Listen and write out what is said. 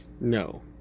No